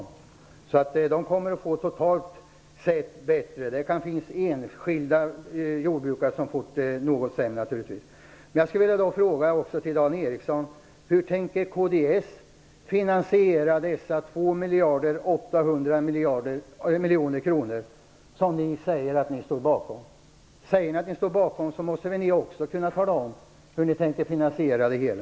De kommer att få det bättre totalt, låt vara att det naturligtvis kan finnas enskilda jordbrukare som får det något sämre. Jag skulle vilja fråga Dan Ericsson: Hur tänker kds finansiera dessa 2 miljarder 800 miljoner kronor, som ni säger att ni står bakom? Säger ni att ni står bakom förslaget så måste väl ni också kunna tala om hur ni tänker finansiera det hela.